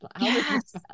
Yes